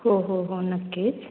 हो हो हो नक्कीच